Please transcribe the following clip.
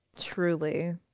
Truly